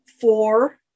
four